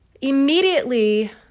Immediately